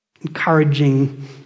encouraging